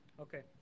Okay